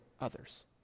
others